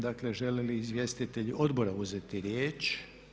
Dakle, žele li izvjestitelji Odbora uzeti riječ?